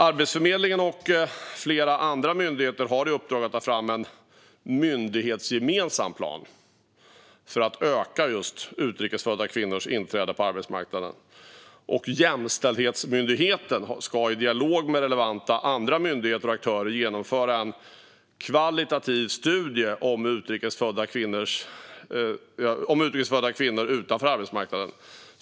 Arbetsförmedlingen och flera andra myndigheter har i uppdrag att ta fram en myndighetsgemensam plan för att öka just utrikes födda kvinnors inträde på arbetsmarknaden, och Jämställdhetsmyndigheten ska i dialog med relevanta andra myndigheter och aktörer genomföra en kvalitativ studie om utrikes födda kvinnor utanför arbetsmarknaden.